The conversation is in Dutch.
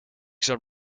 snap